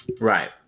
Right